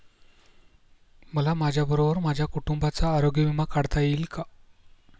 मला माझ्याबरोबर माझ्या कुटुंबाचा आरोग्य विमा काढता येईल का?